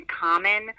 common